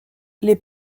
les